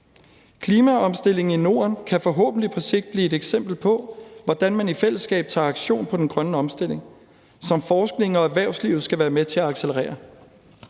Klimaomstilling i Norden kan forhåbentlig på sigt blive et eksempel på, hvordan man i fællesskab tager aktion på den grønne omstilling, som forskning og erhvervslivet skal være med til at accelerere.